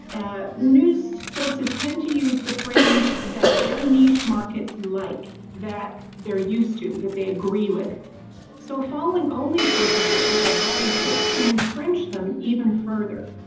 news sources tend to use the frames that their niche markets like, that they're used to, that they agree with so following only sources that fit our biases can entrench them even further.